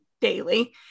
daily